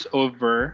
over